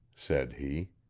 said he.